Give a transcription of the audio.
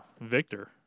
Victor